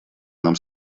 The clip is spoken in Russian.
нам